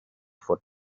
for